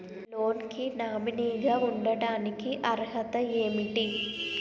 Loan కి nominee గా ఉండటానికి అర్హత ఏమిటి?